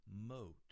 moat